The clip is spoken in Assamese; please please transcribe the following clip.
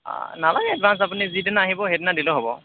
নালাগে বাচ আপুনি যিদিনা আহিব সেইদিনা দিলেই হ'ব